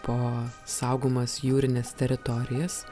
po saugomas jūrines teritorijas